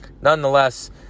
nonetheless